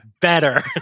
better